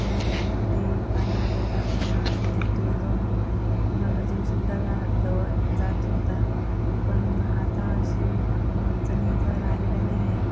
किंवा कधीकधी पाणी वगैरे काढताना विहिरीत तोल जाऊन कुणाचा जीवसुद्धा जा जव जात होता पण आता असे मरचनी तर आलेल्या नाही आहे